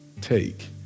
take